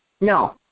No